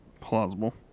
plausible